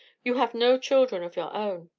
you have no children of your own.